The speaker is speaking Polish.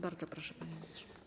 Bardzo proszę, panie ministrze.